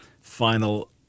final